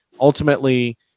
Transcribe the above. ultimately